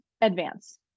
advance